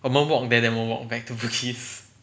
我们 walk walk then 我们 walk back to bugis